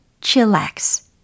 chillax